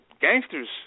gangsters